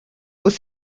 was